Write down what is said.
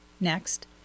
Next